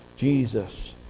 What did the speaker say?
Jesus